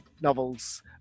novels